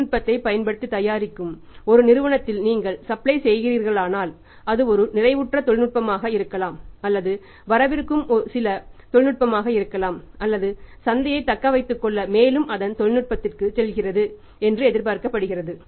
தொழில்நுட்பத்தைப் பயன்படுத்தி தயாரிக்கும் ஒரு நிறுவனத்திற்கு நீங்கள் சப்ளை செய்கிறீர்களானால் அது ஒரு நிறைவுற்ற தொழில்நுட்பமாக இருக்கலாம் அல்லது வரவிருக்கும் சில தொழில்நுட்பமாக இருக்கலாம் அல்லது சந்தையை தக்க வைத்துக் கொள்ள மேலும் அதன் தொழில்நுட்பத்திற்குச் செல்கிறது என்று எதிர்பார்க்கப்படுகிறது